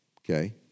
okay